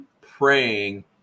praying